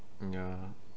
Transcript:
ya